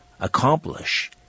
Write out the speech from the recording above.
accomplish